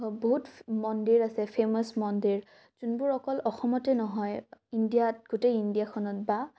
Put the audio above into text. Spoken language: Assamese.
বহুত মন্দিৰ আছে ফেমাচ মন্দিৰ যোনবোৰ অকল অসমতে নহয় ইণ্ডিয়াত গোটেই ইণ্ডিয়াখনত বা